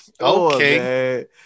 Okay